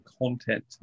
content